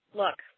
look